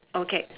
okay